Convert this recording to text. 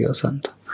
santo